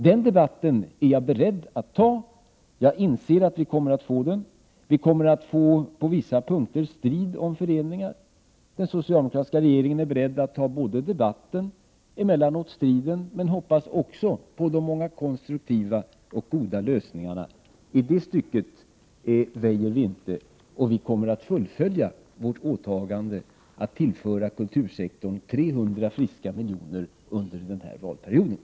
Den debatten är jag beredd att ta, och jag inser att vi kommer att få den. Vi kommer på vissa punkter att få en strid om fördelningen. Den socialdemokratiska regeringen är beredd att ta både debatten och emellanåt striden, men vi hoppas också på 74 de många konstruktiva och goda lösningarna. I det stycket kommer vi inte att väja. Vi kommer att fullfölja vårt åtagande att tillföra kultursektorn 300 Prot. 1988/89:86